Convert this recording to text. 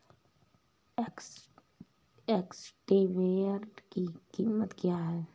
Excavator की कीमत क्या है?